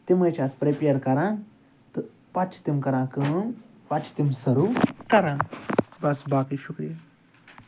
تِمَے چھِ اَتھ پرٛٮ۪پِیَر کران تہٕ پَتہٕ چھِ تِم کران کٲم پَتہٕ چھِ تِم سٔرٕو کران بس باقٕے شُکریہ